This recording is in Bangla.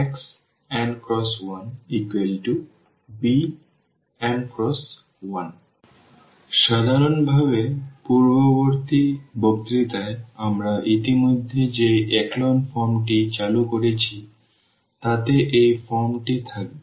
Am×nxn×1bm×1 সুতরাং সাধারণভাবে পূর্ববর্তী বক্তৃতায় আমরা ইতিমধ্যে যে echelon form টি চালু করেছি তাতে এই ফর্মটি থাকবে